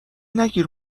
نگیر